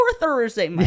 Thursday